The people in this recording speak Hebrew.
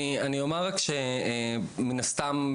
אני אומר רק שמן הסתם,